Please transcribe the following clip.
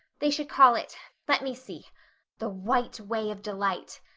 they should call it let me see the white way of delight.